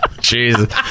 Jesus